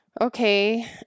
okay